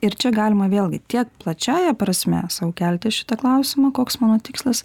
ir čia galima vėlgi tiek plačiąja prasme sau kelti šitą klausimą koks mano tikslas